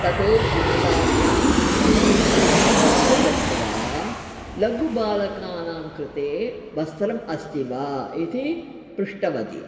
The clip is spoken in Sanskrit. तत् पादाभ्यां वयं तत्र गत्वा लघुबालकानां कृते वस्त्रम् अस्ति वा इति पृष्टवती